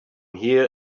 here